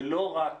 זה לא רק